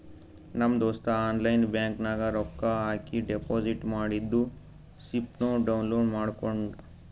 ನಮ್ ದೋಸ್ತ online bank ನಾಗ್ ರೊಕ್ಕಾ ಹಾಕಿ ಡೆಪೋಸಿಟ್ ಮಾಡಿದ್ದು ಸ್ಲಿಪ್ನೂ ಡೌನ್ಲೋಡ್ ಮಾಡ್ಕೊಂಡ್